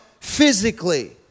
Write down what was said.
physically